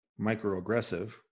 microaggressive